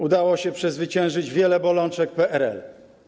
Udało się przezwyciężyć wiele bolączek PRL.